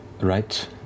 right